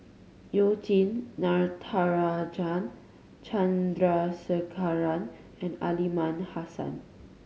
You Jin Natarajan Chandrasekaran and Aliman Hassan